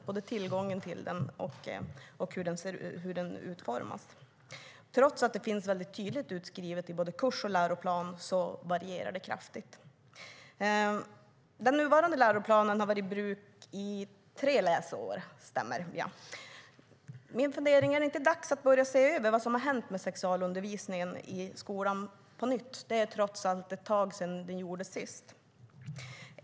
Det gäller både tillgången till den och hur den är utformad. Trots att det finns tydligt utskrivet i både kurs och läroplan varierar det kraftigt. Den nuvarande läroplanen har varit i bruk i tre läsår. Min fundering är: Är det inte dags att på nytt se över vad som har hänt med sexualundervisningen i skolan? Det är trots allt ett tag sedan det gjordes sist.